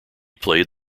played